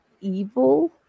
evil